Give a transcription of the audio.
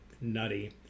nutty